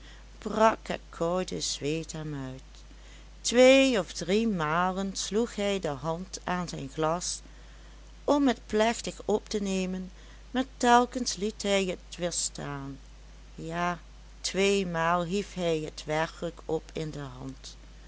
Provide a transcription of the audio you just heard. het koude zweet hem uit twee of drie malen sloeg hij de hand aan zijn glas om het plechtig op te nemen maar telkens liet hij het weer staan ja tweemaal hief hij het werkelijk op in de hand